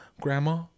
Grandma